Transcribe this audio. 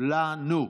לכולנו,